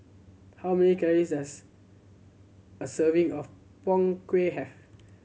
how many calorie does a serving of Png Kueh have